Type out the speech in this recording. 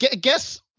guess